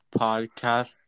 podcast